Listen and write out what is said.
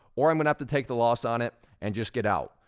or i'm gonna have to take the loss on it, and just get out.